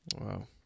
Wow